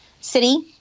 city